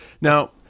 Now